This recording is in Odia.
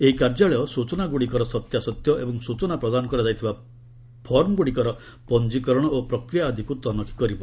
ଏହି କାର୍ଯ୍ୟାଳୟ ସୂଚନାଗୁଡ଼ିକର ସତ୍ୟାସତ୍ୟ ଏବଂ ସୂଚନା ପ୍ରଦାନ କରାଯାଇଥିବା ଫର୍ମଗୁଡ଼ିକର ପଞ୍ଜିକରଣ ଓ ପ୍ରକ୍ରିୟା ଆଦିକୁ ତନଖି କରିବ